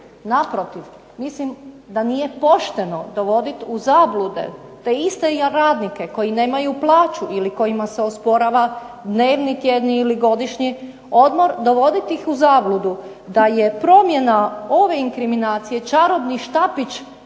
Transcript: Naprotiv mislim da nije pošteno dovoditi u zablude te iste radnike koji nemaju plaću ili kojima se osporava dnevni, godišnji ili tjedni odmor dovoditi u zabludu da je promjena ove inkriminacije čarobni štapić